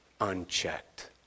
unchecked